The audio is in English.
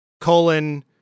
colon